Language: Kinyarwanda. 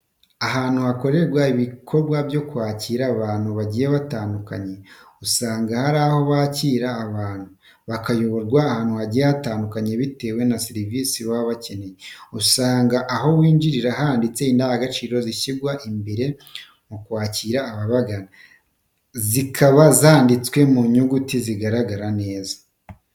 Ahantu hakorerwa ibikorwa byo kwakira abantu bagiye batandukanye, usanga hari aho bakirira abantu bakayoborwa ahantu hagiye hatandukanye bitewe na serivise baba bakeneye. Usanga aho winjirira handitse indangagaciro zishyirwa imbere mu kwakira ababagana, zikaba zanditswe mu nyuguti zigaragara neza.